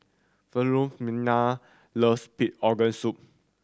Philomena loves pig organ soup